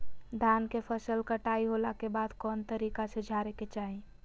धान के फसल कटाई होला के बाद कौन तरीका से झारे के चाहि?